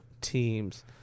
teams